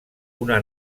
una